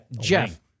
Jeff